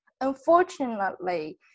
Unfortunately